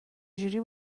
جوری